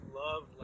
love